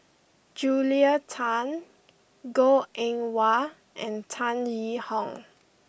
Julia Tan Goh Eng Wah and Tan Yee Hong